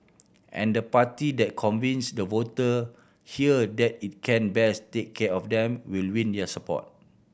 and the party that convince the voter here that it can best take care of them will win their support